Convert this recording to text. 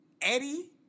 Eddie